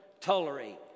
tolerate